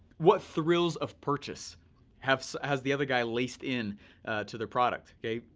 what thrills of purchase has has the other guy laced in to their product, kay?